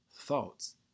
thoughts